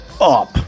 up